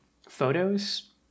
photos